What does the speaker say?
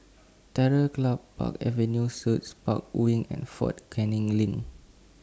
Terror Club Park Avenue Suites Park Wing and Fort Canning LINK